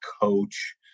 coach